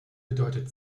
bedeutet